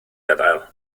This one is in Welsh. gadael